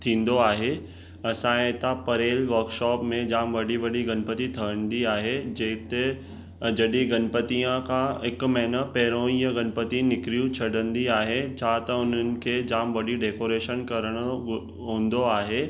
थींदो आहे असांजे हितां परेल वकशॉप में जाम वॾी वॾी गणपति ठहंदी आहे जिते जॾहिं गणपतिअ खां हिकु महीनो पहिरियों ईअं गणपति निकिरियूं छॾिंदी आहे छा त हुननि खे जाम वॾी डेकोरेशन करिणो हूंदो आहे